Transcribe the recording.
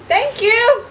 thank you